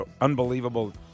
unbelievable